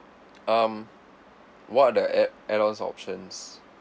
um what are the add add on options